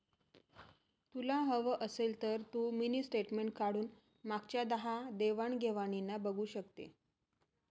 तुला हवं असेल तर तू मिनी स्टेटमेंट काढून मागच्या दहा देवाण घेवाणीना बघू शकते